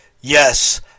yes